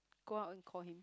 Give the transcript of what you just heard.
go out and call him